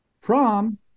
prom